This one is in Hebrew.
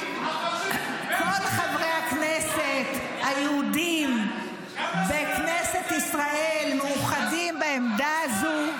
--- כל חברי הכנסת היהודים בכנסת ישראל מאוחדים בעמדה הזאת.